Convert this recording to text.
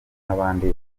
n’abandi